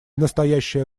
настоящее